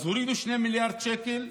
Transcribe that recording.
אז הורידו 2 מיליארד שקל,